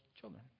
children